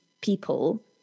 people